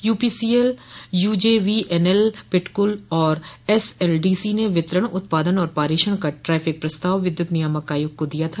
UPCL UJVNL पिटकल और SLDC ने वितरण उत्पादन और पारेषण का टैरिफ प्रस्ताव विद्युत नियामक आयोग को दिया था